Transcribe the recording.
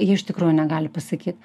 jie iš tikrųjų negali pasakyt